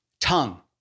tongue